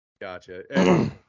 Gotcha